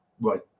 right